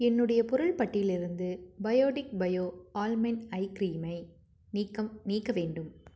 என்னுடைய பொருள் பட்டியிலிருந்து பயோடிக் பயோ ஆல்மெண்ட் ஐ க்ரீமை நீக்கம் நீக்க வேண்டும்